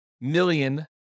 million